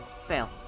Fail